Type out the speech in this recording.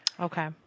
Okay